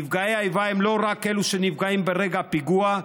נפגעי האיבה הם לא רק אלה שנפגעים ברגע הפיגוע,